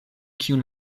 kiun